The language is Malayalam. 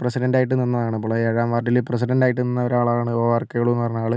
പ്രസിഡൻറ്റ് ആയിട്ട് നിന്നതാണ് പുള്ളി ഏഴാം വാർഡിൽ പ്രസിഡൻറ് ആയിട്ട് നിന്ന ഒരാളാണ് ഒ ആർ കേളു എന്ന് പറഞ്ഞ ആൾ